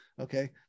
Okay